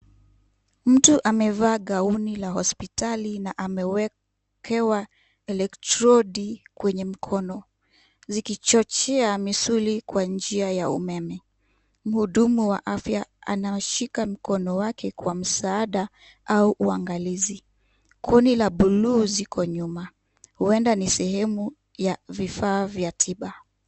Mtu amevaa gauni la hospitali na amewekewa elektrodi kwenye mkono zikichochea misuli kwa njia ya umeme. Mhudumu wa afya anashika mkono wake kwa msaada au uangalizi. Kuni za bluu ziko nyuma huenda ni sehemu ya vifaa vya tiba.